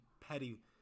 petty